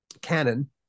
canon